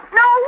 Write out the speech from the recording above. no